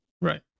right